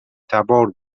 تبار